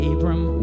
Abram